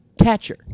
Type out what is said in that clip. catcher